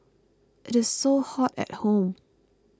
it is so hot at home